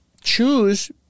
choose